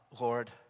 Lord